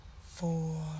four